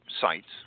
sites